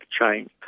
change